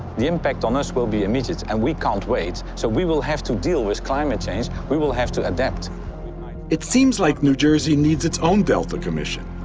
the impact on us will be immediate, and we can't wait, so we will have to deal with climate change. we will have to adapt. bittman it seems like new jersey needs its own delta commission.